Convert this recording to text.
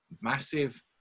massive